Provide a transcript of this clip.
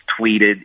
tweeted